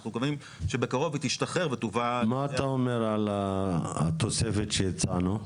אנחנו מקווים שבקרוב היא תשתחרר ותובא מה אתה אומר על התוספת שהצענו?